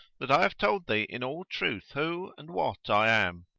that i have told thee in all truth who and what i am,